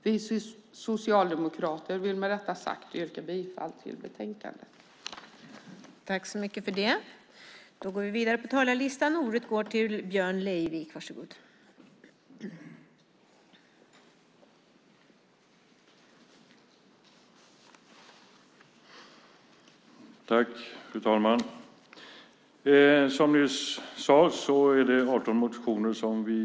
Vi socialdemokrater vill med detta sagt yrka bifall till utskottets förslag i betänkandet.